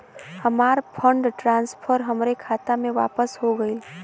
हमार fund transfer हमरे खाता मे वापस हो गईल